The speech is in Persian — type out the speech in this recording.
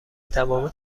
تمام